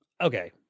okay